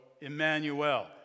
Emmanuel